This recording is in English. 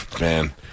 Man